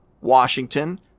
Washington